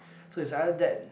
so it's either that